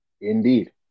Indeed